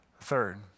third